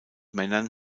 männern